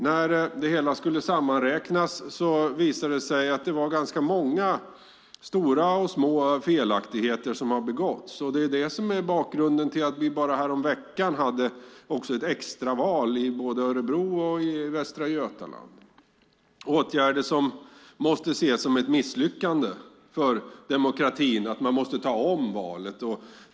När det hela skulle sammanräknas visade det sig att det var ganska många stora och små felaktigheter som hade begåtts. Det är det som är bakgrunden till att vi bara häromveckan hade extraval i både Örebro och Västra Götaland. Det måste ses som ett misslyckande för demokratin att man måste göra om valet.